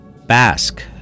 Basque